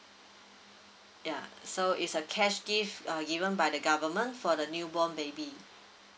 yeah so is a cash give uh given by the government for the newborn baby